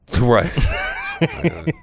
Right